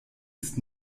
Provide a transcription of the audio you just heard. ist